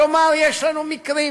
כלומר יש לנו מקרים